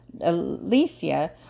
Alicia